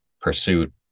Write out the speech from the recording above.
pursuit